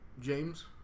James